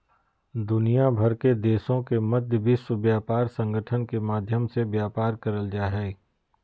दुनिया भर के देशों के मध्य विश्व व्यापार संगठन के माध्यम से व्यापार करल जा हइ